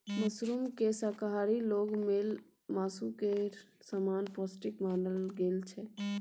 मशरूमकेँ शाकाहारी लोक लेल मासु केर समान पौष्टिक मानल गेल छै